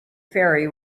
ferry